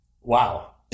Wow